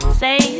say